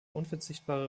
unverzichtbare